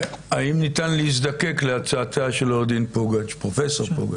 האם ניתן להזדקק להצעתה של פרופ' פוגץ',